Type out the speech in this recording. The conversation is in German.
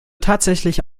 tatsächlich